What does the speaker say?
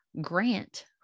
grant